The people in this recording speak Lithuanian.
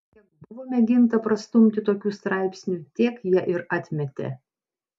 kiek buvo mėginta prastumti tokių straipsnių tiek jie ir atmetė